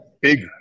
big